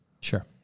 Sure